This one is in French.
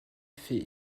fait